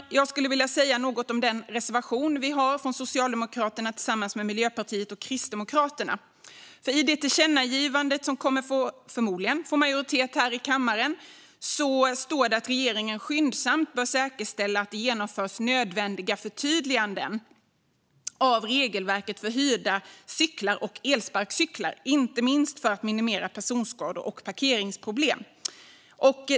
Jag vill säga något om den reservation som Socialdemokraterna har tillsammans med Miljöpartiet och Kristdemokraterna. I det tillkännagivande som förmodligen kommer att få majoritet här i kammaren står det att regeringen skyndsamt bör säkerställa att det genomförs nödvändiga förtydliganden av regelverket för hyrda cyklar och elsparkcyklar, inte minst för att minimera personskador och parkeringsproblem.